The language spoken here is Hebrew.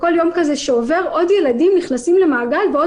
וכל יום שעובר עוד ילדים נכנסים למעגל ועוד